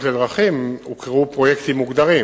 הוקראו פרויקטים מוגדרים